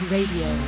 Radio